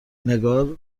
ورزش